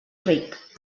ric